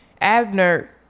Abner